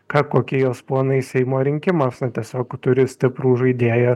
ką kokie jos planai seimo rinkimuose tiesiog turi stiprų žaidėją